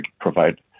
provide